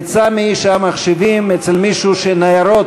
עצה מאיש המחשבים: אצל מי שהניירות